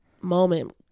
moment